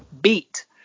Beat